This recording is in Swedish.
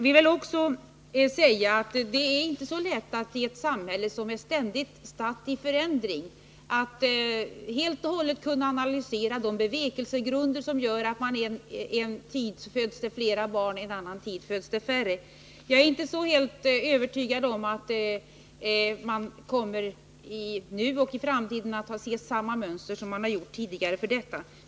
Vi vill också säga att det inte är så lätt i ett samhälle som är ständigt statt i förändring att helt och hållet kunna analysera de bevekelsegrunder som gör att det en tid föds fler barn, en annan färre. Jag är inte så helt övertygad om att man nu och i framtiden kommer att se samma mönster för detta som man sett tidigare.